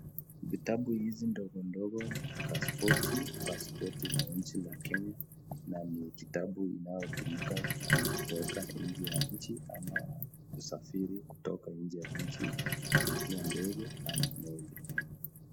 Vitabu hivi ndogondogo ni pasipoti, pasipoti ya nchi ya Kenya na ni kitabu inayotumika kutoka nje ya nchi ama kusafiri kutoka nje ya nchi kupitia ndege ama meli.